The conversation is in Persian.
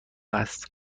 است